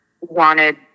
wanted